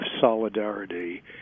solidarity